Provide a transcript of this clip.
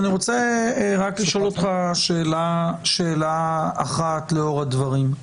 אני רוצה רק לשאול אותך שאלה אחת לאור הדברים.